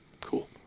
Cool